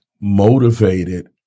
motivated